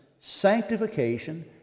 sanctification